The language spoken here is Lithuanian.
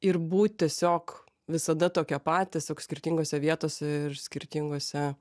ir būt tiesiog visada tokia pat tiesiog skirtingose vietose ir skirtinguose